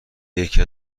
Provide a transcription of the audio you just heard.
یکی